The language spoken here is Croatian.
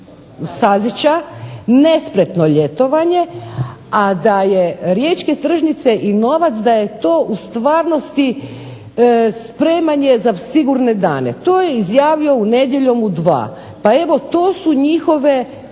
STazića nespretno ljetovanje, a da je Riječke tržnice i novac da je to u stvarnosti spremanje za sigurne dane. To je izjavio u "Nedjeljom u 2". Pa evo to su njihovi